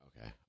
Okay